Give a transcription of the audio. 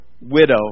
widow